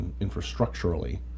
infrastructurally